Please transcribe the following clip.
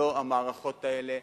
לא המערכות האלה.